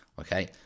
Okay